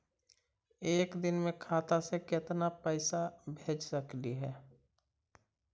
एक दिन में खाता से केतना पैसा भेज सकली हे?